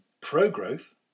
pro-growth